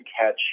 catch